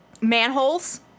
manholes